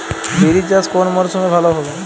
বিরি চাষ কোন মরশুমে ভালো হবে?